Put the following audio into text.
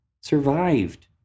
survived